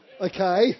okay